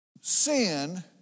sin